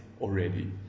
already